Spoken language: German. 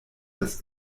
das